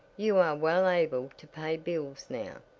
you are well able to pay bills now,